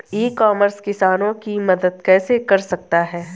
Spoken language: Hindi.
ई कॉमर्स किसानों की मदद कैसे कर सकता है?